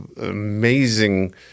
amazing